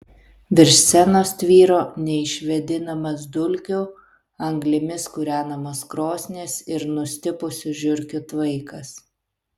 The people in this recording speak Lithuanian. virš scenos tvyro neišvėdinamas dulkių anglimis kūrenamos krosnies ir nustipusių žiurkių tvaikas